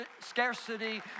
scarcity